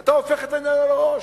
אתה הופך את העניין על הראש,